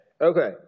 Okay